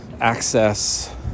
access